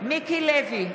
מיקי לוי,